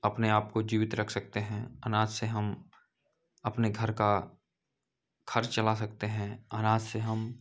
अपने आपको जीवित रख सकते हैं अनाज से हम अपने घर का खर्च चला सकते हैं अनाज से हम